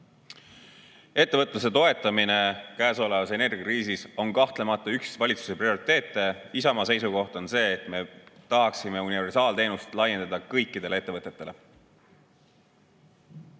Ettevõtluse toetamine käesolevas energiakriisis on kahtlemata üks valitsuse prioriteete. Isamaa seisukoht on see, et me tahaksime universaalteenust laiendada kõikidele ettevõtetele.